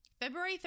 february